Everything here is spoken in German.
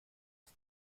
ist